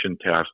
test